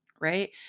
Right